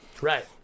Right